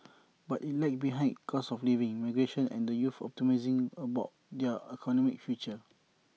but IT lagged behind in cost of living migration and the youth's optimism about their economic future